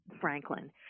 Franklin